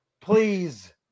please